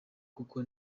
kuko